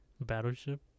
Battleship